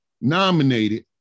nominated